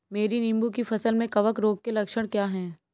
मेरी नींबू की फसल में कवक रोग के लक्षण क्या है?